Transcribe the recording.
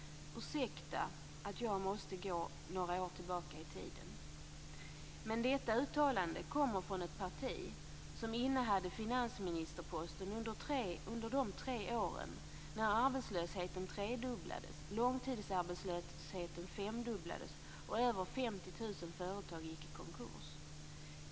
Ursäkta att jag måste gå några år tillbaka i tiden, men detta uttalande kommer från ett parti som innehade finansministerposten under de tre år när arbetslösheten tredubblades, långtidsarbetslösheten femdubblades och över 50 000 företag gick i konkurs.